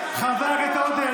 חבר הכנסת עודה,